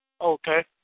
Okay